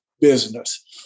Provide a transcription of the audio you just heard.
business